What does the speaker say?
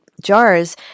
jars